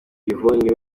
yvonne